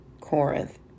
Corinth